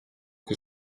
que